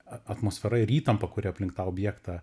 at atmosfera ir įtampa kuri aplink tą objektą